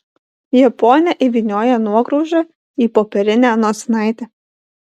japonė įvynioja nuograužą į popierinę nosinaitę